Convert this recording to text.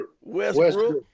Westbrook